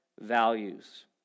values